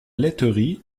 laiterie